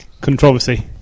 controversy